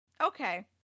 okay